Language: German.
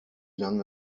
lange